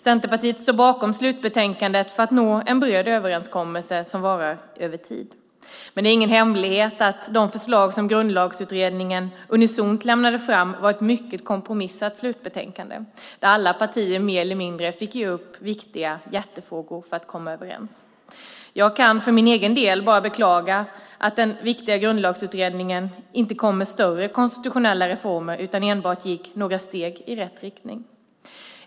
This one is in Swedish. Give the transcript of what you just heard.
Centerpartiet står bakom slutbetänkandet - detta för att nå en bred överenskommelse som varar över tid. Men det är ingen hemlighet att de förslag som Grundlagsutredningen unisont lade fram var ett mycket kompromissat slutbetänkande där alla partier mer eller mindre fick ge upp viktiga hjärtefrågor för att komma överens. För egen del kan jag bara beklaga att den viktiga Grundlagsutredningen inte kom med några större konstitutionella reformer utan enbart gick några steg i rätt riktning.